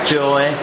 joy